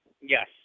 Yes